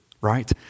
right